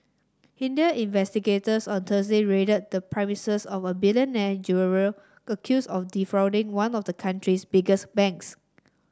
Indian investigators on Thursday raided the premises of a billionaire jeweller accused of defrauding one of the country's biggest banks